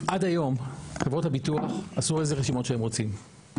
עד היום חברות הביטוח עשו איזה רשימות שהם רוצים,